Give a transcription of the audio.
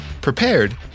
prepared